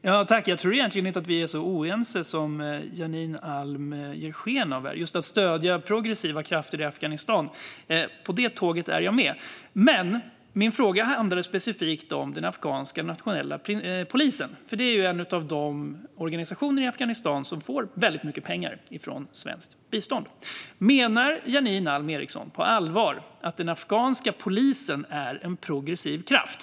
Fru talman! Jag tror egentligen inte att vi är så oense som Janine Alm Ericson ger sken av. När det gäller att stödja progressiva krafter i Afghanistan är jag med på tåget. Men min fråga handlade specifikt om den afghanska nationella polisen. Det är ju en av de organisationer i Afghanistan som får väldigt mycket pengar från svenskt bistånd. Menar Janine Alm Ericson på allvar att den afghanska polisen är en progressiv kraft?